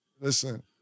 Listen